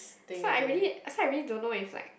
so I really so I really don't know if like